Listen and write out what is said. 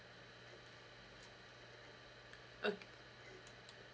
oh